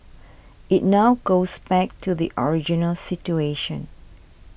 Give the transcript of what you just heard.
it now goes back to the original situation